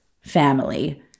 family